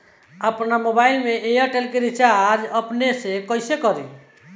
आपन मोबाइल में एयरटेल के रिचार्ज अपने से कइसे करि?